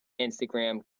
Instagram